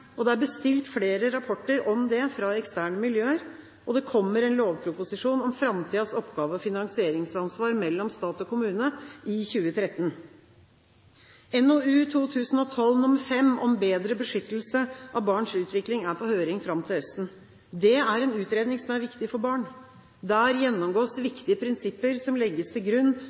Det er bestilt flere rapporter om det fra eksterne miljøer, og det kommer en lovproposisjon om framtidens oppgave- og finansieringsansvar mellom stat og kommune i 2013. NOU 2012:5 om bedre beskyttelse av barns utvikling er på høring fram til høsten. Det er en utredning som er viktig for barn. Der gjennomgås viktige prinsipper som legges til grunn